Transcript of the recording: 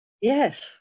Yes